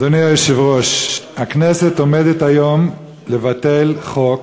אדוני היושב-ראש, הכנסת עומדת היום לבטל חוק